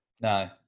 No